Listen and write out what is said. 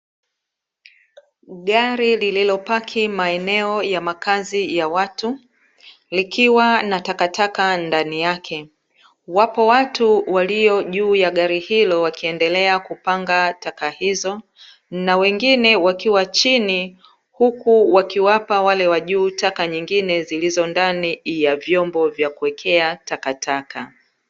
Gari lililopaki maeneo ya makazi ya watu, likiwa na takataka ndani yake. Wapo watu walio juu ya gari hilo, wakiendelea kupanga taka hizo, na wengine wakiwa chini huku wakiwapa wale wa juu taka zingine, zilizo ndani ya vyombo vya kuwekea takataka.